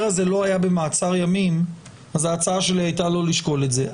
הזה לא היה במעצר ימים אז ההצעה שלי הייתה לא לשקול את זה.